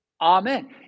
amen